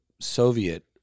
Soviet